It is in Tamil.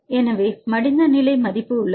எனவே மடிந்த நிலை மதிப்பு உள்ளது